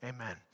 Amen